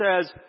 says